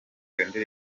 ihindutse